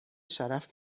شرف